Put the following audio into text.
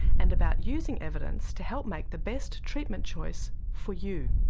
and about using evidence to help make the best treatment choice for you.